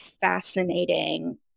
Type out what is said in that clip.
fascinating